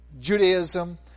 Judaism